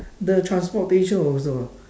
the transportation also